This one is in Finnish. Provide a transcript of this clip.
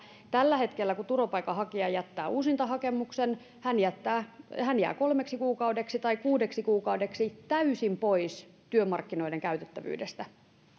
tällä hetkellä kun turvapaikanhakija jättää uusintahakemuksen hän jää kolmeksi kuukaudeksi tai kuudeksi kuukaudeksi täysin pois työmarkkinoiden käytettävyydestä